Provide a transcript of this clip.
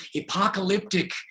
Apocalyptic